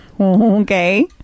Okay